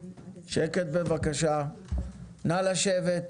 שקט בבקשה, נא לשבת.